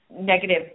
negative